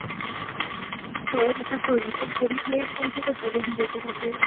खंय आतां खंय अशे बरी प्लेस पळोवची पडटली न्हू ताचे खातीर